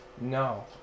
No